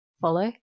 Follow